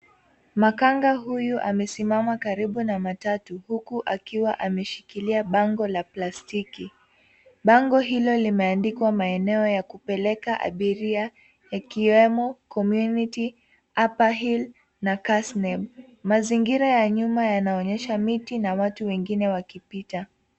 Makanga huyu amesimama karibu na matatu huku akiwa ameshikilia bango la plastiki. Bango hilo limeandikwa maeneo ya kupeleka abiria yakiwemo, community, upperhill na kasneb. Mazingira ya nyuma yanaonyesha miti na watu wengine wakipita.